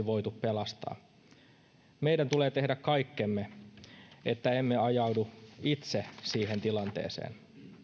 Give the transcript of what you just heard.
voitu pelastaa meidän tulee tehdä kaikkemme että emme ajaudu itse siihen tilanteeseen